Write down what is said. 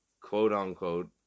quote-unquote